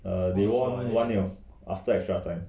err they won one nil after extra time